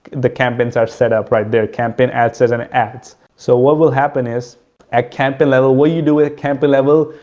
the campaigns are set up, right, there are campaign ad sets and ads. so, what will happen is at campaign level, what you do at campaign level,